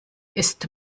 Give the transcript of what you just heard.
ist